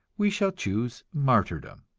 we shall choose martyrdom.